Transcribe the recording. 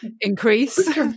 increase